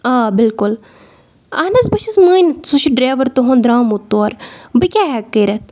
آ بالکل اہَن حظ بہٕ چھس مٲنِتھ سُہ چھُ ڈرٛیوَر تُہُنٛد درٛامُت تورٕ بہٕ کیٛاہ ہٮ۪کہٕ کٔرِتھ